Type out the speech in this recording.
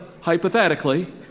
hypothetically